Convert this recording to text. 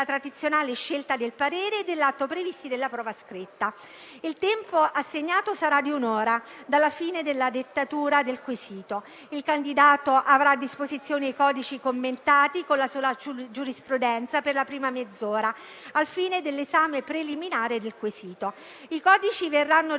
tradizionale scelta del parere e dell'atto previsti dalla prova scritta. Il tempo assegnato sarà di un'ora dalla fine della dettatura del quesito. Il candidato avrà a disposizione i codici commentati con la giurisprudenza per la prima mezz'ora; al fine dell'esame preliminare del quesito, e gli verranno restituiti